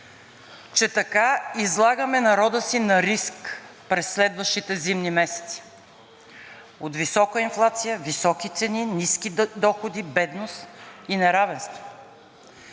че така излагаме народа си на риск през следващите зимни месеци – от висока инфлация, високи цени, ниски доходи, бедност и неравенство,